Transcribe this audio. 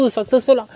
successful